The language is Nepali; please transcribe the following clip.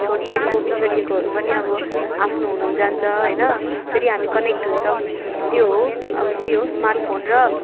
छोडिएको बिछोडिएकोहरू पनि अब आफ्नो हुनु जान्छ होइन फेरि हामी कनेक्ट हुन्छौँ त्यो हौ अब त्यही हो स्मार्ट फोन र